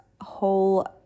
whole